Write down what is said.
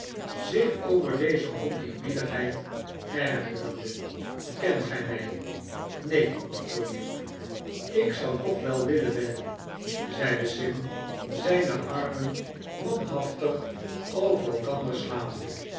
zich over deze oneerbiedigheidergerende kent ge mij neen antwoordde hugh ik zou toch wel willen wedden zeide sim zijne armen manhaftig over elkander slaande